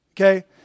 okay